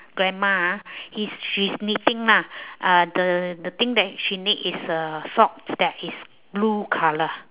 grandma ah he's she's knitting lah uh the the thing that she knit is a sock that is blue colour